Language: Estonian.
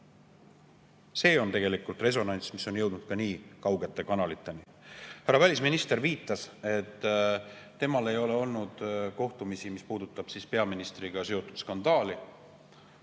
See on tegelikult resonants, mis on jõudnud ka nii kaugete kanaliteni. Härra välisminister viitas, et temal ei ole olnud kohtumisi, mis on puudutanud peaministriga seotud skandaali,